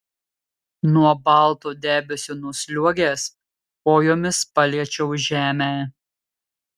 nuo balto debesio nusliuogęs kojomis paliečiau žemę